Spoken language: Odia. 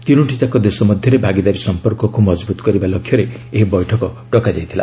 ତିନୋଟି ଯାକ ଦେଶ ମଧ୍ୟରେ ଭାଗିଦାରୀ ସମ୍ପର୍କକୁ ମଜବୁତ କରିବା ଲକ୍ଷ୍ୟରେ ଏହି ବୈଠକ ଡକାଯାଇଥିଲା